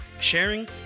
sharing